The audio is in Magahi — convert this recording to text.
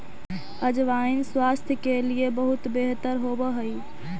अजवाइन स्वास्थ्य के लिए बहुत बेहतर होवअ हई